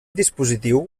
dispositiu